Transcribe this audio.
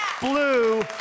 blue